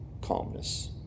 calmness